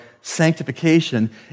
sanctification